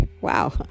wow